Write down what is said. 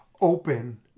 open